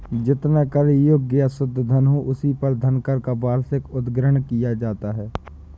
जितना कर योग्य या शुद्ध धन हो, उसी पर धनकर का वार्षिक उद्ग्रहण किया जाता है